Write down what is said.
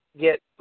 get